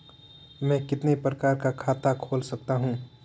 मैं कितने प्रकार का खाता खोल सकता हूँ?